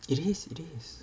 it is it is